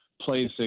placing